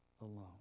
alone